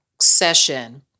session